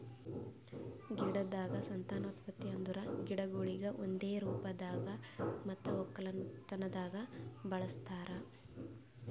ಗಿಡದ್ ಸಂತಾನೋತ್ಪತ್ತಿ ಅಂದುರ್ ಗಿಡಗೊಳಿಗ್ ಒಂದೆ ರೂಪದಾಗ್ ಮತ್ತ ಒಕ್ಕಲತನದಾಗ್ ಬಳಸ್ತಾರ್